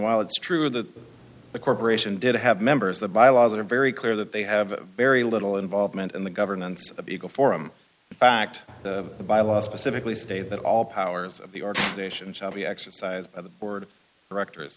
while it's true that the corporation did have members the bylaws are very clear that they have very little involvement in the governance of the eagle forum in fact the by law specifically stated that all powers of the organization shall be exercised by the board of directors